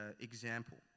example